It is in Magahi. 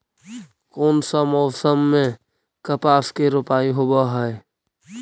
कोन सा मोसम मे कपास के रोपाई होबहय?